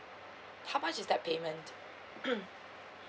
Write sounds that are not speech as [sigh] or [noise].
how much is that payment [noise]